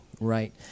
right